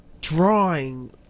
drawing